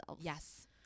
yes